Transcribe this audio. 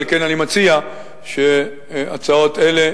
על כן אני מציע שהצעות אלה,